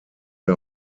der